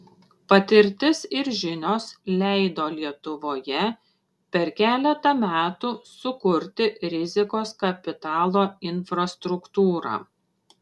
patirtis ir žinios leido lietuvoje per keletą metų sukurti rizikos kapitalo infrastruktūrą